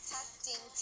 Testing